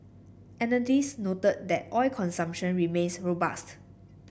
analysts noted that oil consumption remains robust